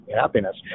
happiness